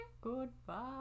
goodbye